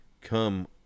come